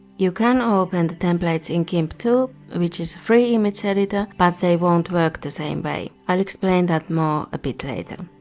you can open the templates in gimp, too, which is a free image editor, but they won't work the same way. i'll explain that more a bit later.